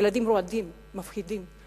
ילדים רועדים, מפחדים.